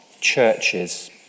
churches